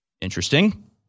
Interesting